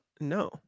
No